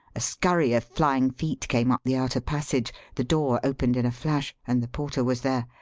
a scurry of flying feet came up the outer passage, the door opened in a flash, and the porter was there.